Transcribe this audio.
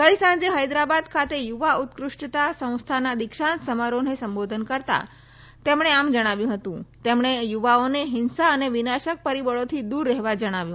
ગઇ સાંજે હૈદરાબાદ ખાતે યુવા ઉત્કૃષ્ટતા સંસ્થાના દીક્ષાંત સમારંભમાં સંબોધન કરતાં તેમણે યુવાઓને હિંસા અને વિનાશક પરીબળોથી દૂર રહેવા જણાવ્યું